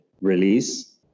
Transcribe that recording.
release